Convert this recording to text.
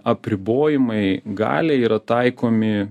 apribojimai galiai yra taikomi